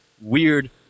weird